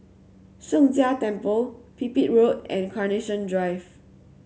Sheng Jia Temple Pipit Road and Carnation Drive